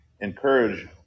encourage